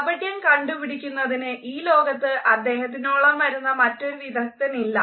കാപട്യം കണ്ടുപിടിക്കുന്നതിന് ഈ ലോകത്ത് അദ്ദേഹത്തിനോളം വരുന്ന മറ്റൊരു വിദഗ്ദ്ധൻ ഇല്ല